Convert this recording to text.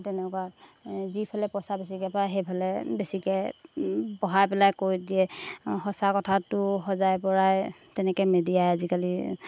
তেনেকুৱা যিফালে পইচা বেছিকৈ পায় সেইফালে বেছিকৈ বঢ়াই পেলাই কৈ দিয়ে সঁচা কথাটো সজাই পৰাই তেনেকৈ মেডিয়াই আজিকালি